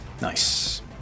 Nice